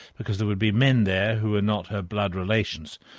because there would be men there who were not her blood relations.